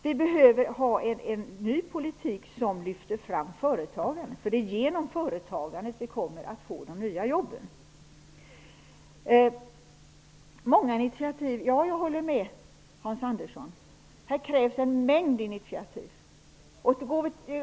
Det behövs alltså en ny politik som lyfter fram företagarna, för det är genom företagandet som vi kommer att få de nya jobben. Ja, Hans Andersson, jag håller med om att det behövs en mängd initiativ här.